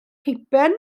peipen